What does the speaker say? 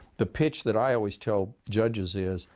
the pitch that i always tell judges is,